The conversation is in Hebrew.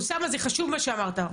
אוסאמה זה חשוב מה שאמרת.